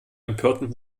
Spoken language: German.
empörten